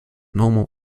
normal